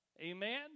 Amen